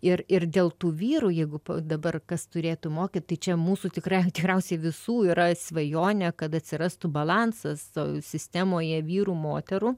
ir ir dėl tų vyrų jeigu dabar kas turėtų mokyti čia mūsų tikrai tikriausiai visų yra svajonė kad atsirastų balansas sistemoje vyrų moterų